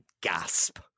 gasp